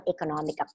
economic